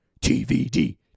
TVD